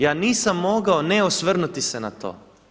Ja nisam mogao ne osvrnuti se na to.